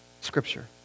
Scripture